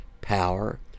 power